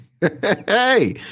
Hey